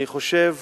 אני חושב,